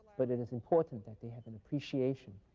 but it is important that they have an appreciation,